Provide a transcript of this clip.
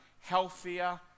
healthier